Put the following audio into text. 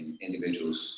individuals